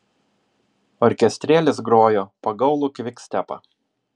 orkestrėlis grojo pagaulų kvikstepą